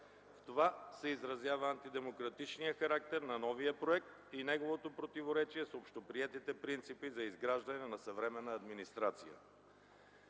В това се изразява антидемократичният характер на новия проект и неговото противоречие с общоприетите принципи за изграждане на съвременна администрация.